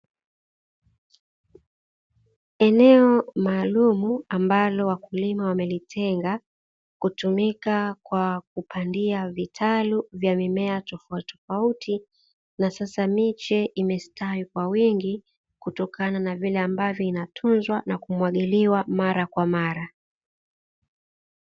Eneo maalumu ambalo wakulima wamelitenga hutumika kwa kupandia vitalu vya mimea tofautitofauti, na sasa miche imestawi kwa wingi kutokana na vile ambavyo inatunzwa na kumwagiliwa mara kwa mara.